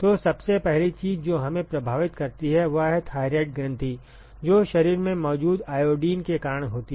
तो सबसे पहली चीज जो हमें प्रभावित करती है वह है थायरॉयड ग्रंथि जो शरीर में मौजूद आयोडीन के कारण होती है